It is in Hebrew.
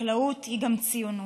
החקלאות היא גם ציונות,